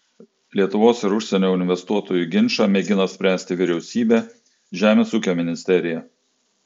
lietuvos ir užsienio investuotojų ginčą mėgino spręsti vyriausybė žemės ūkio ministerija